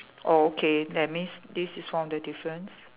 oh okay that means this is one of the difference